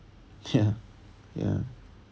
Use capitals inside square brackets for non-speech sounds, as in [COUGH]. ya [LAUGHS] ya